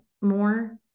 more